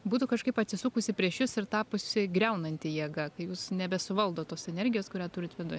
būtų kažkaip atsisukusi prieš jus ir tapusi griaunanti jėga kai jūs nebesuvaldot tos energijos kurią turit viduj